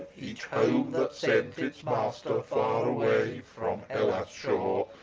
each home that sent its master far away from hellas' shore,